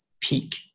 peak